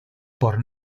por